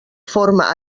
forma